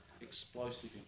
explosive